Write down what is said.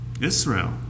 Israel